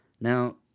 Now